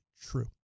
true